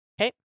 Okay